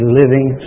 living